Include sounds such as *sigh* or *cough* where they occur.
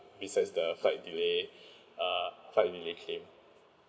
besides the flight delay *breath* err flight delay claim